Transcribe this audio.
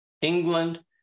England